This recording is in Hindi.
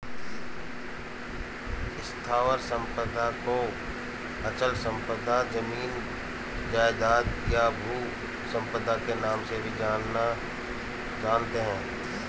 स्थावर संपदा को अचल संपदा, जमीन जायजाद, या भू संपदा के नाम से भी जानते हैं